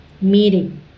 meeting